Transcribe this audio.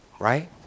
right